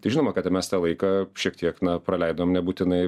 tai žinoma kad ir mes tą vaiką šiek tiek na praleidom nebūtinai